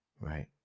right